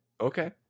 Okay